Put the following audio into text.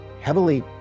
heavily